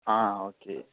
ஆ okay